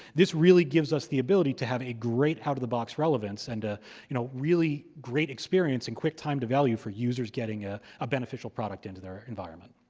this really gives us the ability to have a great out-of-the-box relevance and a you know really great experience in quick time to value for users getting ah a beneficial product into their environment.